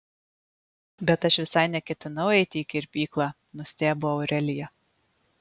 bet aš visai neketinau eiti į kirpyklą nustebo aurelija